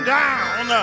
down